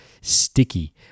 sticky